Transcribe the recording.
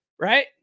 Right